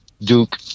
Duke